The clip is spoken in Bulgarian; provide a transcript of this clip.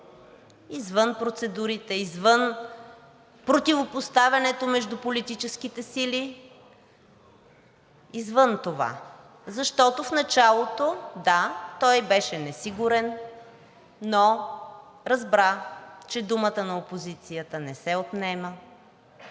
извън процедурите, извън противопоставянето между политическите сили, извън това? Защото в началото – да, той беше несигурен, но разбра, че думата на опозицията не се отнема,